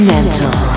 Mental